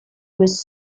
was